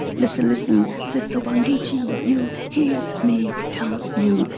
listen, listen sister wangechi you hear me don't you?